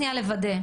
לוודא.